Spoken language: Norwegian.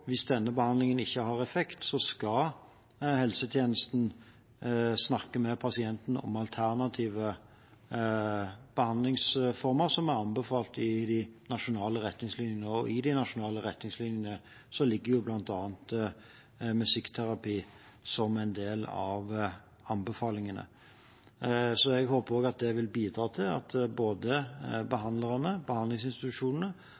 Hvis denne behandlingen ikke har effekt, skal helsetjenesten snakke med pasientene om alternative behandlingsformer som er anbefalt i de nasjonale retningslinjene. I de nasjonale retningslinjene ligger bl.a. musikkterapi som en del av anbefalingene. Jeg håper at det vil bidra til at både